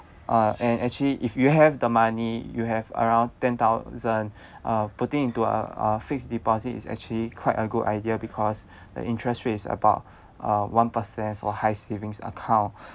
uh and actually if you have the money you have around ten thousand uh putting into uh a fixed deposit is actually quite a good idea because the interest rate is about uh one percent for high savings account